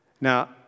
Now